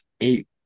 eight